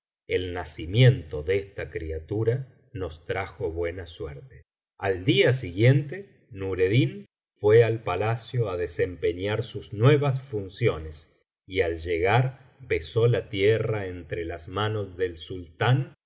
el nacimiento de esta criatura nos trajo buena suerte al día siguiente nureddin fué á palacio á desempeñar sus nuevas funciones y al llegar besó la tierra éntrelas manos del sultán